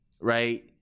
right